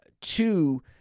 two